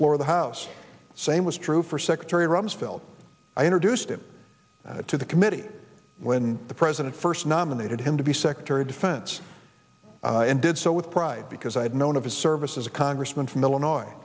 floor of the house the same was true for secretary rumsfeld i introduced him to the committee when the president first nominated him to be secretary of defense and did so with pride because i had known of his service as a congressman from illinois